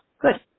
Good